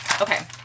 okay